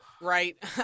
Right